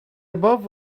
above